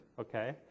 okay